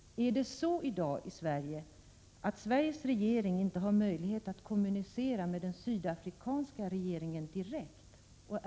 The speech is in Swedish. Är det så i dag i Sverige, att Sveriges regering inte har möjlighet att kommunicera med den sydafrikanska regeringen direkt?